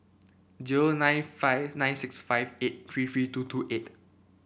zero nine five nine six five eight three three two two eight